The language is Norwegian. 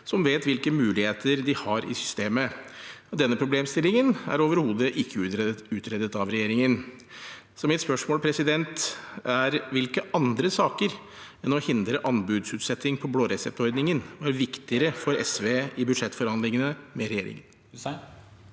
som vet hvilke muligheter de har i systemet. Denne problemstillingen er overhodet ikke utredet av regjeringen. Så mitt spørsmål er: Hvilke andre saker enn å hindre anbudsutsetting på blåreseptordningen var viktigere for SV i budsjettforhandlingene med regjeringen?